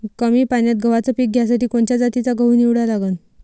कमी पान्यात गव्हाचं पीक घ्यासाठी कोनच्या जातीचा गहू निवडा लागन?